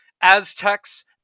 Aztecs